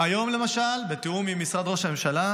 היום, למשל, בתיאום עם משרד ראש הממשלה,